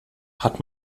hat